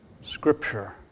Scripture